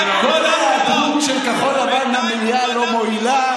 כל ההיעדרות של כחול לבן במליאה לא מועילה.